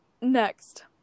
Next